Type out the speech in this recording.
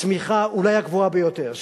הצמיחה אולי הגבוהה ביותר,